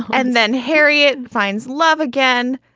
and then harriet finds love again.